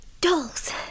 Dolls